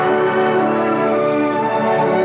or or